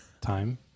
time